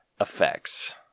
Effects